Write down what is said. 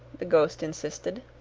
the ghost insisted.